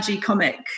comic